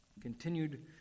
Continued